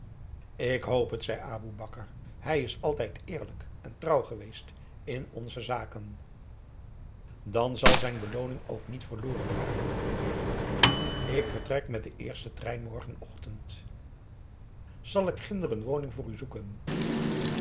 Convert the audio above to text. ik hoop het zei aboe bakar hij is altijd eerlijk en trouw geweest in onze zaken dan zal zijn belooning ook niet verloren raken ik vertrek met den eersten trein morgenochtend zal ik ginder een woning voor u zoeken